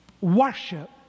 worship